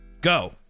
Go